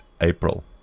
April